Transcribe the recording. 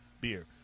beer